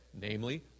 Namely